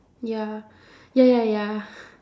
ya ya ya ya